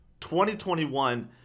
2021